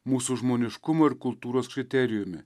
mūsų žmoniškumo ir kultūros kriterijumi